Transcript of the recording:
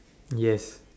yes